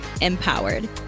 empowered